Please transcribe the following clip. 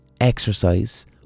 exercise